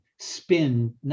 spin